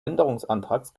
änderungsantrags